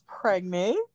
pregnant